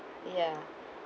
ya